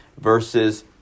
verses